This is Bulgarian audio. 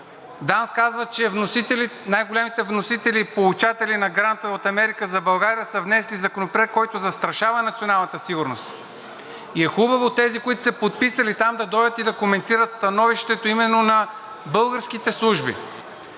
ДАНС казва, че най-големите вносители и получатели на грантове от „Америка за България“ са внесли Законопроект, който застрашава националната сигурност. И е хубаво тези, които са се подписали там, да дойдат и да коментират становището именно на българските служби.